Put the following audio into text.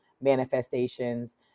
manifestations